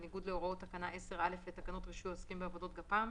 בניגוד להוראות תקנה 10(א) לתקנות רישוי העוסקים בעבודות גפ"מ,